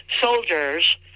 soldiers